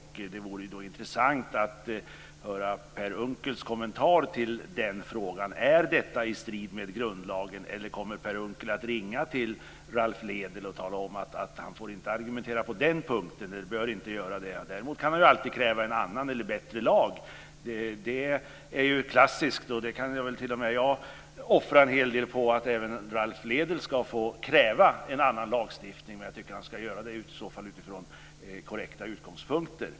Det vore intressant att höra Per Unckels kommentar. Är detta i strid med grundlagen eller kommer Per Unckel att ringa till Ralph Lédel och säga att han inte bör argumentera på den punkten men att en annan eller bättre lag alltid kan krävas? Det är ju klassiskt. T.o.m. jag kan väl offra en hel del på att även Ralph Lédel ska få kräva en annan lagstiftning men i så fall ska han, tycker jag, göra det från korrekta utgångspunkter.